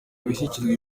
gushyigikira